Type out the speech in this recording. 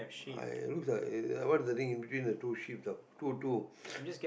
I looks like uh what is the thing in between the two sheep's ah two two